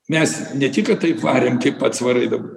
mes ne tik kad taip varėm kaip pats varai dabar